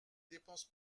dépense